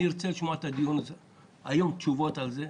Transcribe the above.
אני רוצה לשמוע היום תשובות על זה.